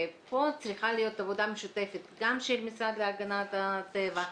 פה צריכה להיות עבודה משותפת גם של המשרד להגנת הסביבה,